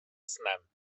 snem